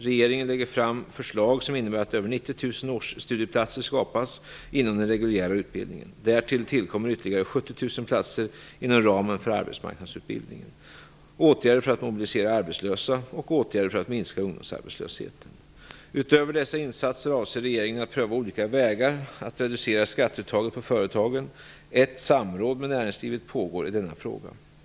Regeringen lägger fram förslag som innebär att över 90 000 årsstudieplatser skapas inom den reguljära utbildningen. Därtill tillkommer ytterligare - Åtgärder vidtas för att mobilisera arbetslösa. - Åtgärder vidtas för att minska ungdomsarbetslösheten. Utöver dessa insatser avser regeringen att pröva olika vägar att reducera skatteuttaget på företagen. Ett samråd med näringslivet pågår i denna fråga.